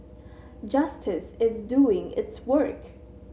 justice is doing its work